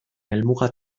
helmuga